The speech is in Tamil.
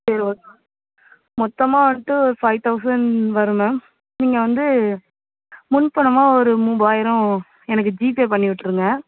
சரி ஓக் மொத்தமாக வந்துட்டு ஒரு ஃபை தெளசண்ட் வரும் மேம் நீங்க வந்து முன் பணமாக ஒரு மூவாயிரம் எனக்கு ஜிபே பண்ணிவிட்ருங்க